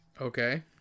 Okay